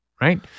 right